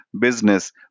business